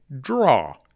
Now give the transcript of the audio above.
draw